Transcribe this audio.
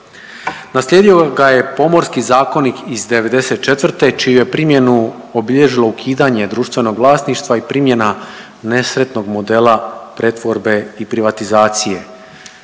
Naslijedio ga je Pomorski zakonik iz '94. čiju je primjenu obilježilo ukidanje društvenog vlasništva i primjena nesretnog modela pretvorbe i privatizacije.